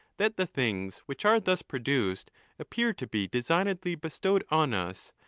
that the things which are thus produced appear to be designedly bestowed on us,